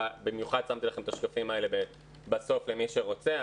במיוחד שמתי לכם את השקפים האלה בטופ למי שרוצה.